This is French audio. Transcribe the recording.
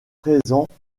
présents